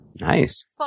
Nice